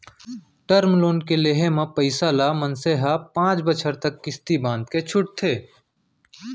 term loan के लेहे म पइसा ल मनसे ह पांच बछर तक किस्ती बंधाके छूटथे